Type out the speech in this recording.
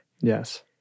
Yes